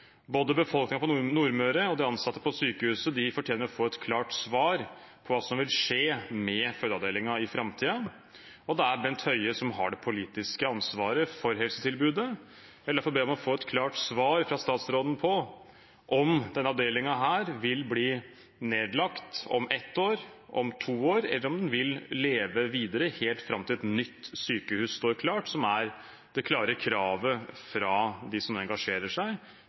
Både befolkningen på Nordmøre og de ansatte på sykehuset fortjener å få et klart svar på hva som vil skje med fødeavdelingen i framtiden, og det er Bent Høie som har det politiske ansvaret for helsetilbudet. Jeg vil derfor be om å få et klart svar fra statsråden på om denne avdelingen vil bli nedlagt om ett år, to år, eller om den vil leve videre helt fram til et nytt sykehus står klart, som er det klare kravet fra dem som engasjerer seg